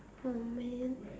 oh man